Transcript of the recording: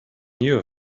knew